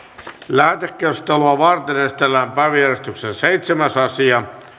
lähetekeskustelua varten esitellään päiväjärjestyksen seitsemäs asia